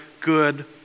good